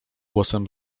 głosem